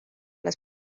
las